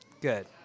Good